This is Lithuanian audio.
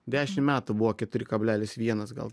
dešim metų buvo keturi kablelis vienas gal